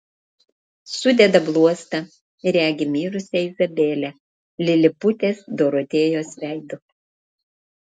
sudeda bluostą regi mirusią izabelę liliputės dorotėjos veidu